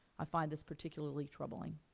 i find this particularly troubling.